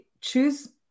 choose